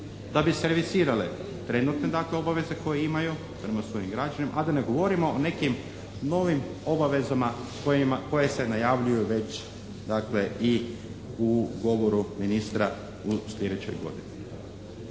da bi se servisirala trenutne obaveze koje imaju prema svojim građanima, a da ne govorimo o nekim novim obavezama koje se najavljuju već i u govoru ministra u sljedećoj godini.